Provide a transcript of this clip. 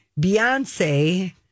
Beyonce